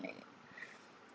like that